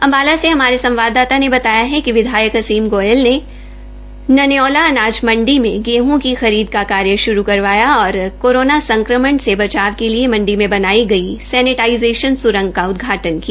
अम्बाला से हमारे सवाददाता ने बताया कि विधायक असीम गोयल ने ननयौला अनाज मंडी में गेहं की खरीद का कार्य शुरू करवाया और कोरोना संक्रमण से बचाव के लिए मंडी में बनाई गई सैनेटाइजेंशन स्रंग का भी उदघाटन् किया